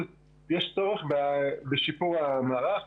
המסלול הרביעי הוא קצת יותר ארוך טווח,